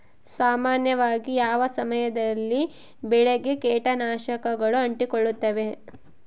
ಸಾಮಾನ್ಯವಾಗಿ ಯಾವ ಸಮಯದಲ್ಲಿ ಬೆಳೆಗೆ ಕೇಟನಾಶಕಗಳು ಅಂಟಿಕೊಳ್ಳುತ್ತವೆ?